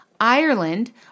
Ireland